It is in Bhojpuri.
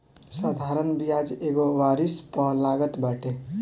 साधारण बियाज एक वरिश पअ लागत बाटे